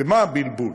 ומה הבלבול?